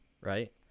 Right